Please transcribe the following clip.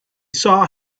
saw